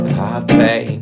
party